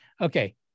Okay